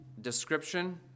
description